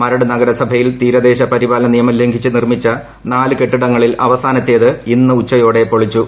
മരട് നഗരസഭയിൽ തീരദേശ പരിപാലന നിയമം ലംഘിച്ചു നിർമിച്ച നാലു കെട്ടിടങ്ങളിൽ അവസാനത്തേത് ഇന്ന് ഉച്ചയോടെ പൊളിച്ചു